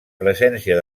presència